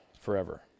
forever